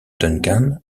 duncan